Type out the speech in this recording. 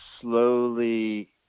slowly